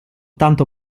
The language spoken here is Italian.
tanto